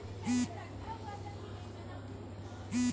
कार्यशील पूंजी एक वित्तीय मीट्रिक है